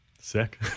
Sick